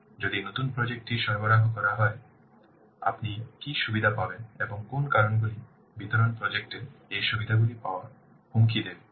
সুতরাং যদি নতুন প্রজেক্ট টি সরবরাহ করা হয় তবে আপনি কী সুবিধা পাবেন এবং কোন কারণগুলি বিতরণ প্রজেক্ট এর এই সুবিধাগুলি পাওয়ার হুমকি দেবে